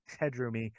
headroomy